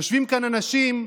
יושבים כאן אנשים,